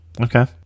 okay